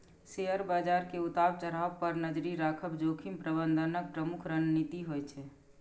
share बाजार के उतार चढ़ाव पर नजरि राखब जोखिम प्रबंधनक प्रमुख रणनीति होइ छै